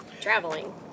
traveling